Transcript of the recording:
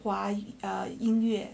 why err 音乐